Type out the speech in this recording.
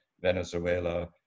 Venezuela